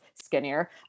skinnier